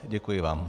Děkuji vám.